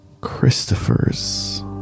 Christopher's